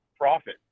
profit